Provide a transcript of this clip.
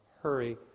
hurry